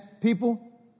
people